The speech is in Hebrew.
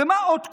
ומה עוד קורה?